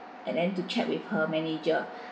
and then to chat with her manager